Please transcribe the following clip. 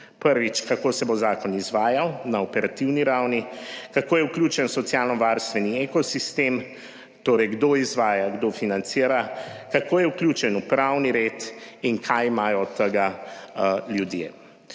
prvič kako se bo zakon izvajal na operativni ravni, kako je vključen v socialnovarstveni ekosistem, torej, kdo izvaja, kdo financira, kako je vključen v pravni red in kaj imajo od tega ljudje.